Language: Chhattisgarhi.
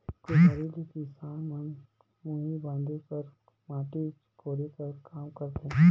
कुदारी ले किसान मन मुही बांधे कर, माटी कोड़े कर काम करथे